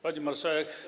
Pani Marszałek!